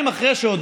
גם הנושא הזה שעליו